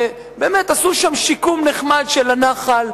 עשו שם שיקום נחמד של הנחל.